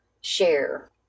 share